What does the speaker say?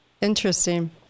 Interesting